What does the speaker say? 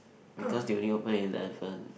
because they only open at eleven